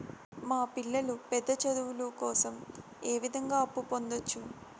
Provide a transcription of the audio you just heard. మా పిల్లలు పెద్ద చదువులు కోసం ఏ విధంగా అప్పు పొందొచ్చు?